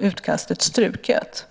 utkastet struket.